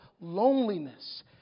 loneliness